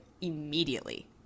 immediately